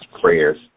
prayers